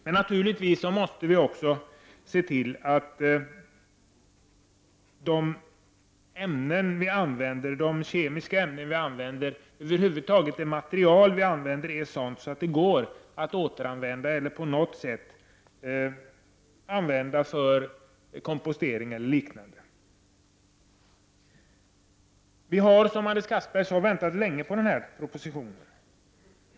Men naturligtvis måste vi även se till att de kemiska ämnen, och över huvud taget de material som vi använder, går att återanvända eller går att använda för t.ex. kompostering. Vi har, som Anders Castberger sade, väntat länge på denna proposition.